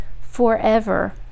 forever